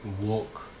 walk